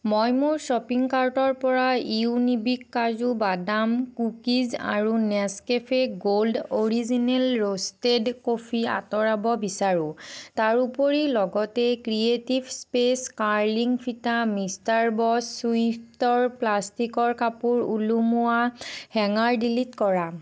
মই মোৰ শ্বপিং কাৰ্টৰপৰা ইউনিবিক কাজু বাদাম কুকিজ আৰু Nescafe gold original roasted coffee আঁতৰাব বিচাৰোঁ তাৰোপৰি লগতে ক্ৰিয়েটিভ স্পেচ কাৰ্লিং ফিতা মিষ্টাৰ বছ চুইফ্টৰ প্লাষ্টিকৰ কাপোৰ ওলোমোৱা হেঙাৰ ডিলিট কৰা